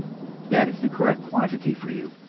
that is the correct quantity for you,